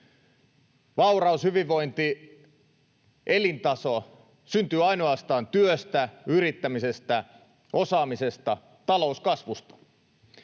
Vauraus, hyvinvointi, elintaso syntyvät ainoastaan työstä, yrittämisestä, osaamisesta, talouskasvusta,